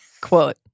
Quote